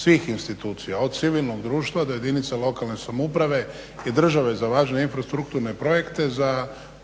svih institucija od civilnog društva do jedinica lokalne samouprave i države za važne infrastrukturne projekte za